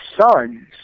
sons